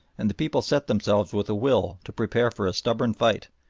and the people set themselves with a will to prepare for a stubborn fight,